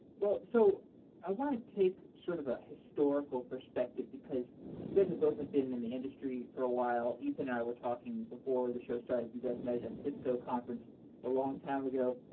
so i want to take sort of a historical perspective, because you guys have both and been in the industry for a while. ethan and i were talking before the show started, you guys met at a cisco conference a long time ago.